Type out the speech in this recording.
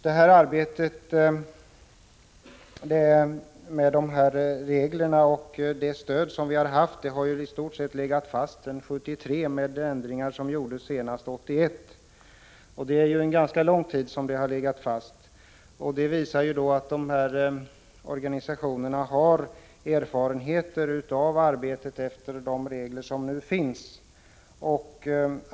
Reglerna för det här stödet har i stort sett legat fast sedan 1973; ändringar gjordes senast 1981. Reglerna har således varit nästan oförändrade en ganska lång tid. Organisationerna har därför stor erfarenhet av att arbeta efter de nuvarande reglerna.